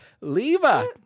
leva